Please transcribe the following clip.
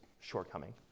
shortcoming